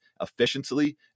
efficiently